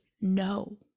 No